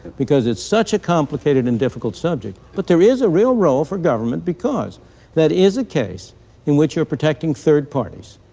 because it's such a complicated and difficult subject. but there is a real role for government because that is a case in which you're protecting third parties.